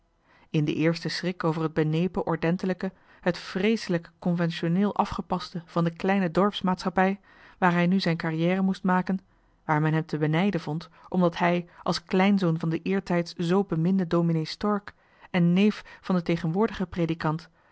in den eersten schrik over het benepen ordentelijke het vrééselijk conventioneel afgepaste van de kleine dorpsmaatschappij waar hij nu zijn carrière moest maken waar men hem te benijden vond omdat hij als kleinzoon van den eertijds zoo beminden dominee johan de meester de zonde in het deftige dorp stork en neef van den tegenwoordigen predikant